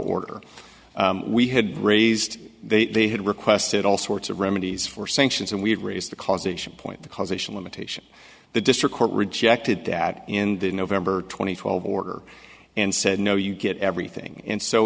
order we had raised they they had requested all sorts of remedies for sanctions and we had raised the causation point the causation limitation the district court rejected that in the november two thousand and twelve order and said no you get everything and so